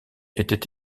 était